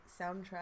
soundtrack